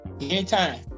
anytime